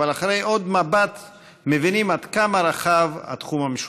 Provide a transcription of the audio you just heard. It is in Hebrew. אבל אחרי עוד מבט מבינים עד כמה רחב התחום המשותף.